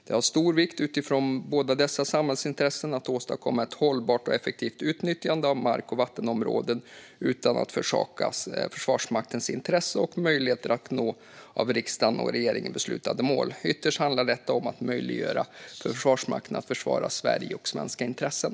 Det är av stor vikt att utifrån båda dessa samhällsintressen åstadkomma ett hållbart och effektivt nyttjande av mark och vattenområden utan att försaka Försvarsmaktens intressen och möjligheter att nå av riksdag och regering beslutade mål. Ytterst handlar det om att möjliggöra för Försvarsmakten att försvara Sverige och svenska intressen.